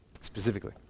Specifically